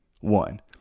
One